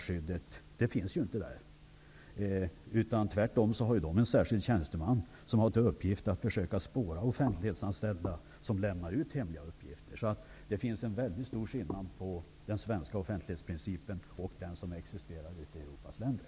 Tvärtom har man i dessa länder en särskild tjänsteman som har till uppgift att spåra offentlighetsanställda som lämnar ut hemliga handlingar. Det finns en väldigt stor skillnad mellan den svenska offentlighetsprincipen och den som existerar i Europas övriga länder.